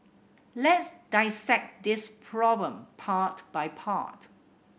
let's dissect this problem part by part